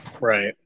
right